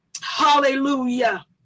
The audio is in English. Hallelujah